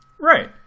Right